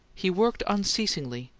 he worked unceasingly,